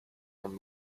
from